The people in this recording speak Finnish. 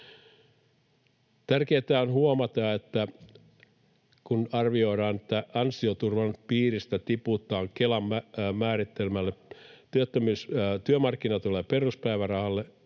Tärkeätä on huomata, että arvioidaan, että ansioturvan piiristä tiputaan Kelan määrittelemälle työmarkkinatuelle ja peruspäivärahalle